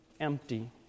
empty